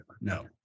no